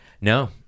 No